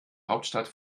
hauptstadt